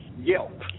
Yelp